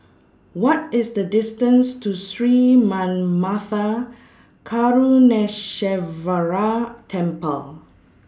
What IS The distance to Sri Manmatha Karuneshvarar Temple